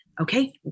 okay